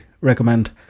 recommend